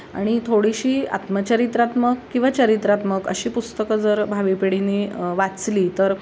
आणि थोडीशी आत्मचरित्रात्मक किंवा चरित्रात्मक अशी पुस्तकं जर भावी पिढीने वाचली तर